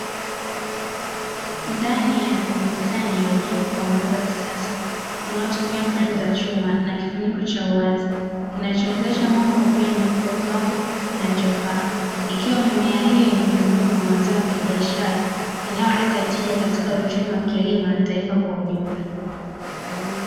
Ndani ya bustani iliojengwa kwa muundo wa kisasa, unaotumia fremu za chuma na kifuniko cha uwazi, kinachowezesha mwanga kupenya kwa kiwango kinachofaa. Ikiwa mimea hiyo ni miongoni mwa mazao ya kibiashara inayoleta tija katika uchumi wa kilimo na taifa kwa ujumla.